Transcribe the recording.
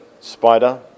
spider